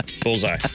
bullseye